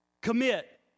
commit